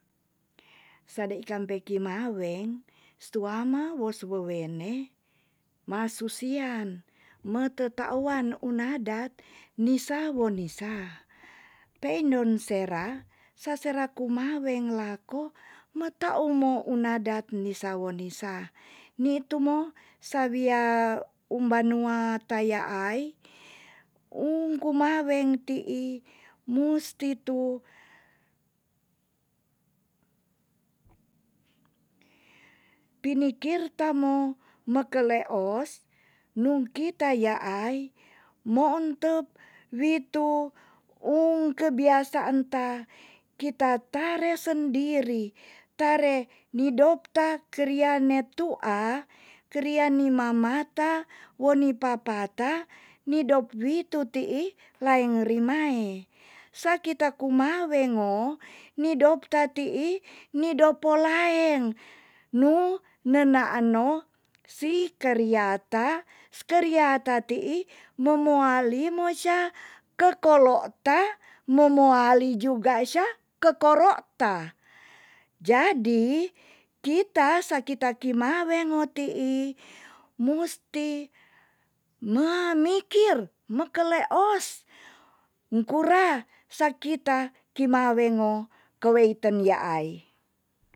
Sade ikampe kimaweng suwama wo suwowene ma susian me tetawan un nadat nisa wo nisa. peindon sera sasera kumaweng lako ma ta uma un nadat ni sa wo nisa nitu mo sawia umba nua ta yaai ung kumaweng tii musti tu pinikirta mo mekeleos nung kita yaai moon tep witu ung kebiasaan ta kita tare sendiri tare nidop ta keria ne tua. keria ni ma mata wo ni papa ta ni dop witu tii laeng rimae sakita kumaweng o nidop ta tii ni dopo laeng. nu nenaan no si keria ta skeria ta tii mo moali mo sya ke kolo ta momoali juga sya ke koro ta jadi kita sa kita kimaweng o tii musti memikir mekeleos ung kura sa kita kumaweng o keweiten yaai.